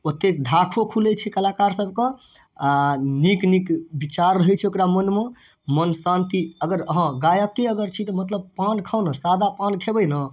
ओतेक धाखो खुलै छै कलाकार सबके आओर नीक नीक विचार रहै छै ओकरा मोनमे मन शान्ति अगर हँ गायके अगर छी तऽ मतलब पान खाउ ने सादा पान खेबै ने